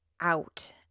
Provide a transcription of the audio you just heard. out